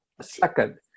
Second